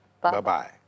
Bye-bye